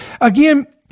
again